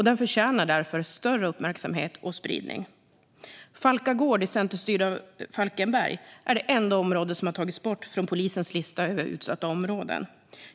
Den förtjänar därför större uppmärksamhet och spridning. Falkagård i centerstyrda Falkenberg är det enda område som tagits bort från polisens lista över utsatta områden.